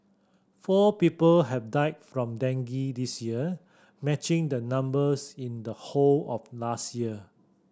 four people have died from dengue this year matching the numbers in the whole of last year